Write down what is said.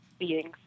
beings